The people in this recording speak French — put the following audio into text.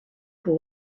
pour